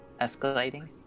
escalating